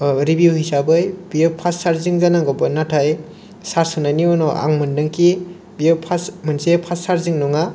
review हिसाबै बियो फार्सथ सारजिं जानांगौमोन नाथाय सार्स होनायनि उनाव आं मोनदों कि बियो फास्त मोनसे फास्त सारजिं नङा